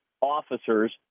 officers